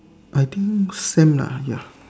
I think same lah ya